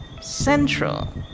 central